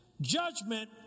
judgment